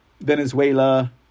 Venezuela